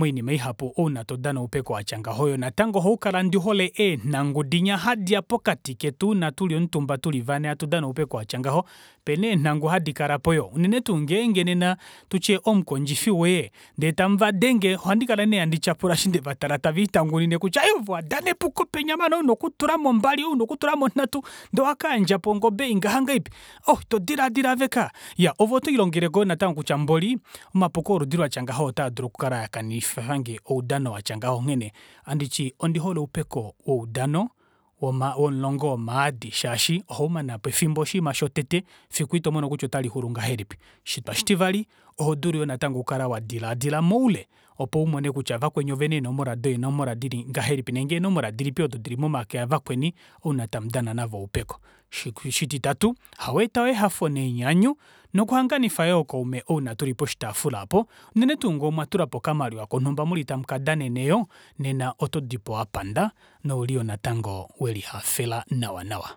oinima ihapu ouna todana oupeko vatya ngaho natango ohaukala ondihole eenangu dinya hadiya pokati ketu ouna tuli omutumba tuli vanhe hatu dana oupeko vatya ngaho opena eenangu hadi kalapo yoo unene tuu ngenge nena tutye omukondjifi woye ndee tamuvadenge ohandikala nee handityapula eshi ndeva tala taviitangunine kutya aaye ove owadana epuko penya mani owali una okutulamo ombali owali una una okutulamo onhatu ndee owakayandjapo ongobe ei ngaha ohoo ito dilaadila aave kaya iyaa ove otolilongeleko yoo natango kutya mboli omapuko oludi latya ngaha otaadulu okukala anififange oudano watya ngaha onghene ohanditi ondihole oupeko woudano womulongo womaadi shaashi ohaumanepo efimbo oshinima shotete efiku itomono kutya otalixulu ngahelipi oshitwa oshitivali ohodulu yoo natango okukala wadilaadila moule opo umone kutya vakweni ovena eenomola dili ngahelipi ile eenomola dilipi odo dili momake avakweni ouna tamudana navo oupeko oshititati ohaveeta yoo ehafo nenyanyu noku hanganifa yoo ookaume ngenge tuli poshitaafula aapo unene tuu ngenge omwa tulapo okamaliwa konumba muli tamukadanene yoo nena otodipo wapanda nouli yoo natango welihafela nawa nawa